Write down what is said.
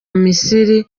misiri